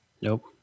Nope